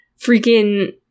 freaking